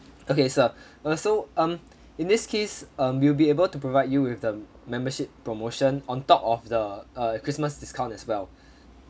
okay sir uh so um in this case um we'll be able to provide you with the membership promotion on top of the uh christmas discount as well